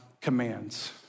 commands